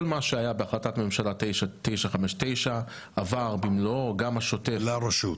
כל מה שהיה בהחלטת ממשלה 959 עבר במלואו גם השוטף --- לרשות?